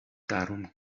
darum